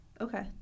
Okay